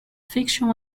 fiction